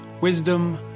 wisdom